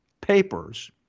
papers